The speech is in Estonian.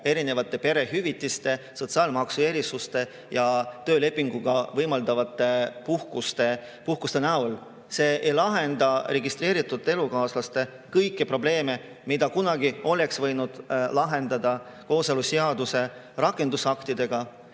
erinevate perehüvitiste, sotsiaalmaksu erisuste ja töölepinguga võimaldavate puhkuste näol. See ei lahenda registreeritud elukaaslaste kõiki probleeme, mis kunagi oleks võinud lahendada kooseluseaduse rakendusaktidega.